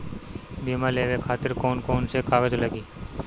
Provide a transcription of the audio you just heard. बीमा लेवे खातिर कौन कौन से कागज लगी?